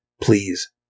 please